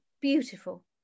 beautiful